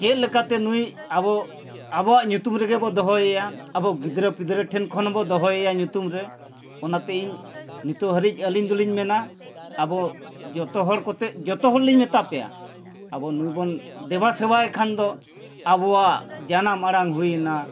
ᱪᱮᱫ ᱞᱮᱠᱟᱛᱮ ᱱᱩᱭ ᱟᱵᱚ ᱟᱵᱚᱣᱟᱜ ᱧᱩᱛᱩᱢ ᱨᱮᱜᱮ ᱵᱚ ᱫᱚᱦᱚᱭᱮᱭᱟ ᱟᱵᱚ ᱜᱤᱫᱽᱨᱟᱹ ᱯᱤᱫᱽᱨᱟᱹ ᱴᱷᱮᱱ ᱠᱷᱚᱱ ᱵᱚ ᱫᱚᱦᱚᱭᱮᱭᱟ ᱧᱩᱛᱩᱢ ᱨᱮ ᱚᱱᱟᱛᱮ ᱤᱧ ᱱᱤᱛᱳᱜ ᱦᱟᱹᱨᱤᱡ ᱟᱹᱞᱤᱧ ᱫᱚᱞᱤᱧ ᱢᱮᱱᱟ ᱟᱵᱚ ᱡᱚᱛᱚ ᱦᱚᱲ ᱠᱚᱛᱮ ᱡᱚᱛᱚ ᱦᱚᱲᱞᱤᱧ ᱢᱮᱛᱟ ᱯᱮᱭᱟ ᱟᱵᱚ ᱱᱩᱭ ᱵᱚᱱ ᱫᱮᱵᱟ ᱥᱮᱵᱟᱭᱮ ᱠᱷᱟᱱ ᱫᱚ ᱟᱵᱚᱣᱟᱜ ᱡᱟᱱᱟᱢ ᱟᱲᱟᱝ ᱦᱩᱭᱱᱟ